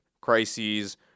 crises